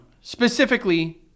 Specifically